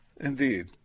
Indeed